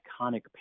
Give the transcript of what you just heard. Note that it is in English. iconic